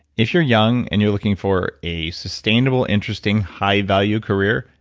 if you're young and you're looking for a sustainable, interesting high value career,